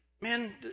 man